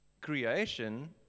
creation